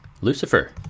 Lucifer